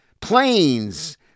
planes